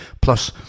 Plus